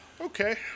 Okay